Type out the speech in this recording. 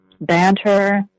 banter